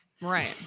right